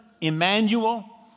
Emmanuel